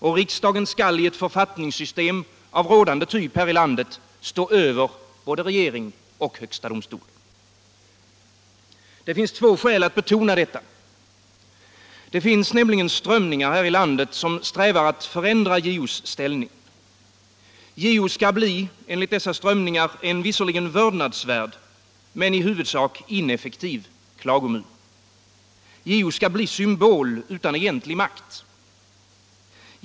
Och riksdagen skall i ett författningssystem av rådande typ här i landet stå över både regering och högsta domstol. Det finns två skäl att betona detta. För det första: Det finns strömningar här i landet som strävar efter att förändra JO:s ställning. JO skall bli en visserligen vördnadsvärd men i huvudsak ineffektiv klagomur. JO skall bli symbol utan egentlig makt.